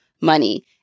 money